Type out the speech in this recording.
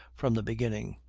from the beginning,